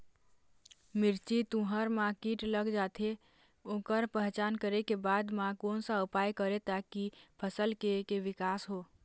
मिर्ची, तुंहर मा कीट लग जाथे ओकर पहचान करें के बाद मा कोन सा उपाय करें ताकि फसल के के विकास हो?